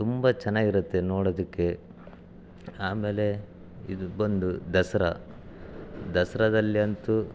ತುಂಬ ಚೆನ್ನಾಗಿರುತ್ತೆ ನೋಡೋದಕ್ಕೆ ಆಮೇಲೆ ಇದು ಬಂದು ದಸರಾ ದಸರಾದಲ್ಲಂತೂ